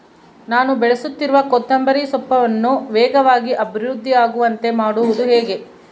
ನಾನು ಬೆಳೆಸುತ್ತಿರುವ ಕೊತ್ತಂಬರಿ ಸೊಪ್ಪನ್ನು ವೇಗವಾಗಿ ಅಭಿವೃದ್ಧಿ ಆಗುವಂತೆ ಮಾಡುವುದು ಹೇಗೆ?